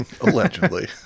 Allegedly